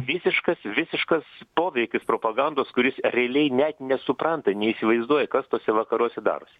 visiškas visiškas poveikis propagandos kuris realiai net nesupranta neįsivaizduoja kas tuose vakaruose darosi